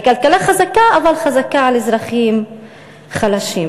הכלכלה חזקה, אבל חזקה על אזרחים חלשים.